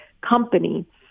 company